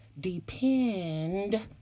depend